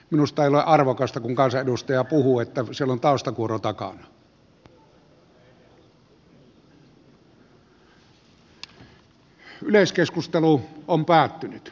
minusta ei ole arvokasta kun kansanedustaja puhuu että siellä on päättynyt